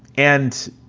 and